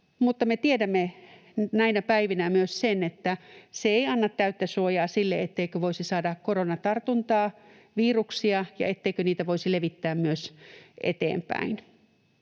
mutta me tiedämme näinä päivinä myös sen, että se ei anna täyttä suojaa sille, etteikö voisi saada koronatartuntaa, viruksia ja etteikö niitä voisi levittää myös eteenpäin.